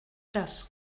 das